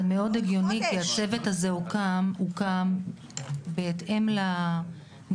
זה מאוד הגיוני כי הצוות הזה הוקם בהתאם לנסיבות